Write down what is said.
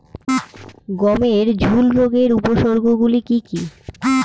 গমের ঝুল রোগের উপসর্গগুলি কী কী?